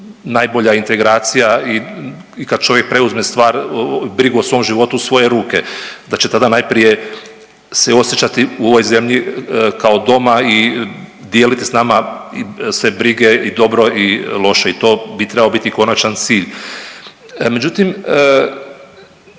najbolja integracija i kad čovjek preuzme stvar, brigu o svom životu u svoje ruke da će tada najprije se osjećati u ovoj zemlji kao doma i dijeliti s nama sve brige i dobro i loše i to bi trebao biti konačan cilj. Međutim,